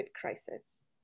crisis